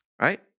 right